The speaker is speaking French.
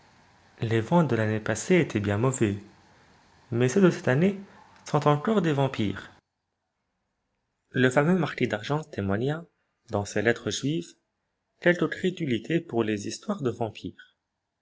les vents de l'année passée étaient bien mauvais mais ceux de cette année sont encore des vents pires le fameux marquis d'argens témoigna dans ses lettres juives quelque crédulité pour les histoires de vampires